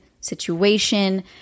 situation